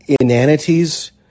inanities